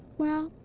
well,